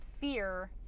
fear